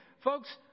Folks